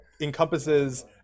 encompasses